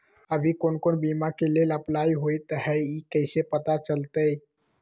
अभी कौन कौन बीमा के लेल अपलाइ होईत हई ई कईसे पता चलतई?